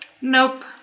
Nope